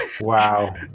Wow